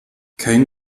kein